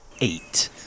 eight